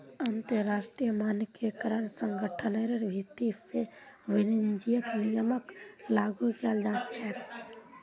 अंतरराष्ट्रीय मानकीकरण संगठनेर भीति से वाणिज्यिक नियमक लागू कियाल जा छे